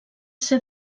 ser